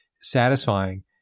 satisfying